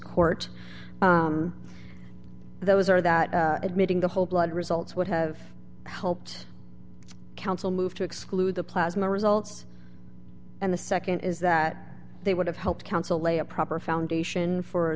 court those are that admitting the whole blood results would have helped counsel move to exclude the plasma results and the nd is that they would have helped counsel lay a proper foundation for